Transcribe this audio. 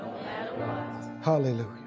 hallelujah